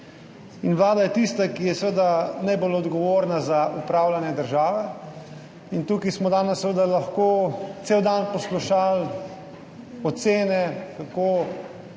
Vlada je tista, ki je seveda najbolj odgovorna za upravljanje države. Tukaj smo danes seveda lahko cel dan poslušali ocene, kako